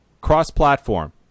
Cross-platform